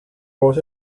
voz